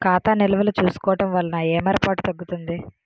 ఖాతా నిల్వలు చూసుకోవడం వలన ఏమరపాటు తగ్గుతుంది